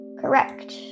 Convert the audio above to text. Correct